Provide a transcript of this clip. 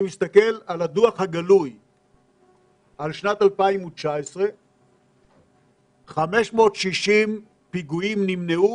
אני מסתכל על הדוח הגלוי של שנת 2019. 560 פיגועים נמנעו